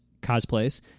cosplays